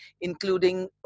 including